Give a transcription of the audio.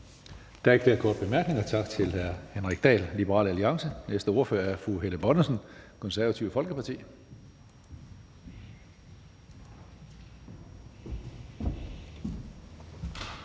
Tak til hr. Henrik Dahl, Liberal Alliance. Næste ordfører er fru Helle Bonnesen, Det Konservative Folkeparti.